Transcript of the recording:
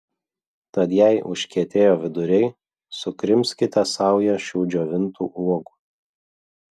tad jei užkietėjo viduriai sukrimskite saują šių džiovintų uogų